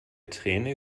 träne